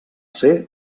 ser